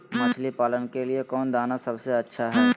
मछली पालन के लिए कौन दाना सबसे अच्छा है?